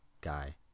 guy